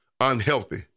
unhealthy